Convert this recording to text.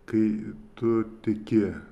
kai tu tiki